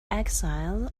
exile